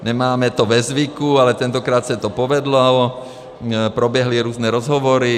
Nemáme to ve zvyku, ale tentokrát se to povedlo, proběhly různé rozhovory.